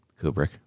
kubrick